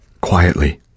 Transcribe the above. quietly